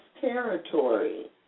territory